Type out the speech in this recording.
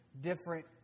different